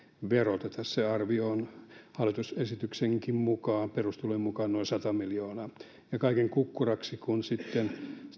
veroteta se arvio on hallituksen esityksenkin perustelujen mukaan noin sata miljoonaa ja kaiken kukkuraksi kun sitten